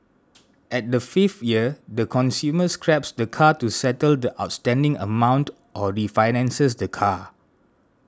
at the fifth year the consumer scraps the car to settle the outstanding amount or refinances the car